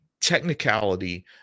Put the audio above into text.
technicality